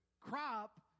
crop